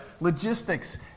Logistics